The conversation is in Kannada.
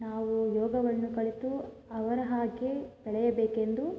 ನಾವು ಯೋಗವನ್ನು ಕಲಿತು ಅವರ ಹಾಗೇ ಬೆಳೆಯಬೇಕೆಂದು